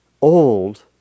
old